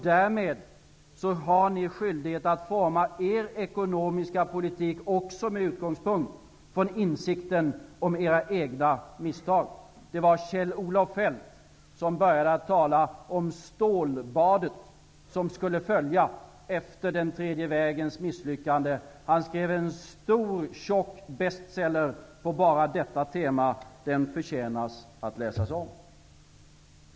Därmed har ni skyldighet att forma er ekonomiska politik med utgångspunkt från insikten om era egna misstag. Det var Kjell-Olof Feldt som började att tala om ''stålbadet'' som skulle följa efter den tredje vägens misslyckande. Han skrev en stor tjock bestseller på enbart detta tema. Den förtjänar att läsas om.